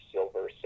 Silver